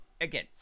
again